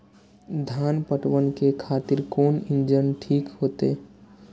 धान पटवन के खातिर कोन इंजन ठीक होते?